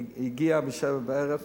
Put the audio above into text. הגיע ב-19:00,